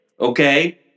okay